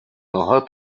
нога